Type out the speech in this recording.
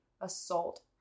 assault